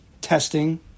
testing